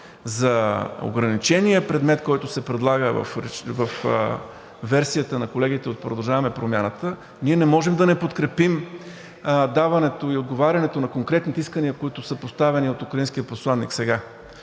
за ограничения предмет, който се предлага във версията на колегите от „Продължаваме Промяната“, ние не можем да не подкрепим даването и отговарянето на конкретните искания, които са поставени от украинския посланик сега,